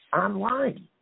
online